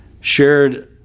shared